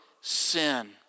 sin